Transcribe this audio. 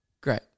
Great